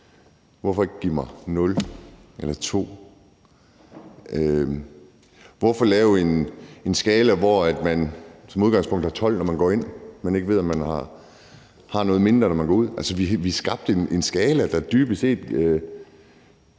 Hvorfor ikke give mig 00 eller 02? Hvorfor lave en skala, hvor man som udgangspunkt har 12, når man går ind, men ikke ved, om man har noget mindre, når man går ud? Altså, vi skabte en skala, der dybest set